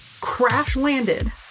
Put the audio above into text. crash-landed